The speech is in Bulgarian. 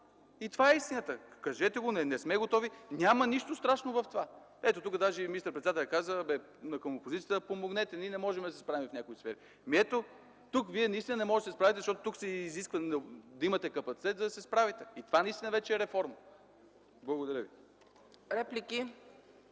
и това е истината. Кажете го: не сме готови, няма нищо страшно в това. Тук даже и министър-председателят каза на опозицията: „Помогнете, ние не можем да се справим в някои сфери”. Ето, тук вие не можете да се справите, защото се изисква да имате капацитет, за да се справите, и това наистина вече е реформа. Благодаря ви.